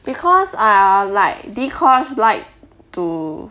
because ah like dee-kosh like to